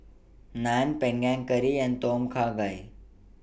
Naan Panang Curry and Tom Kha Gai